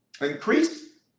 Increase